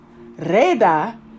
Reda